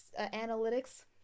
analytics